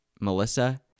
Melissa